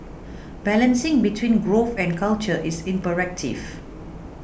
balancing between growth and culture is imperative